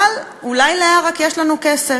אבל אולי לעראק יש לנו כסף.